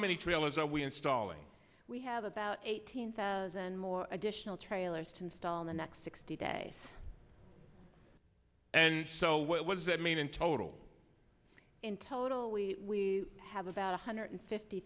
many trailers are we installing we have about eighteen thousand more additional trailers to install in the next sixty day and so what does that mean in total in total we have about one hundred fifty